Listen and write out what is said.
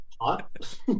hot